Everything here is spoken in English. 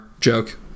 joke